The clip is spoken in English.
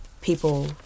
people